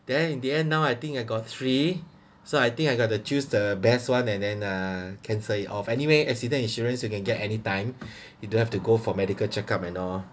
then in the end now I think I got three so I think I got to choose the best one and then uh cancel it off anyway accident insurance you can get any time you don't have to go for medical check up and all